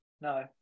no